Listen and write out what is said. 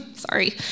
Sorry